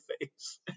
face